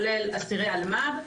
כולל אסירי אלמ"ב,